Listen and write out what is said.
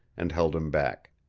and held him back.